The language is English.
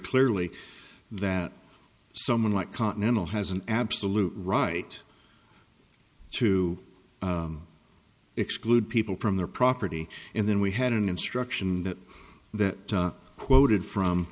clearly that someone like continental has an absolute right to exclude people from their property and then we had an instruction that quoted from